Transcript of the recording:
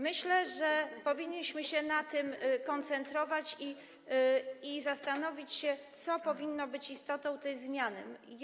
Myślę, że powinniśmy się na tym koncentrować i zastanowić się, co powinno być istotą tej zmiany.